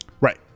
Right